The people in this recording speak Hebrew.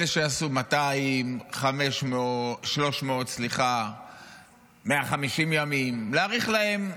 אלה שעשו 200, 300, 150 ימים, להאריך להם.